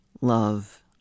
love